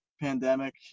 pandemic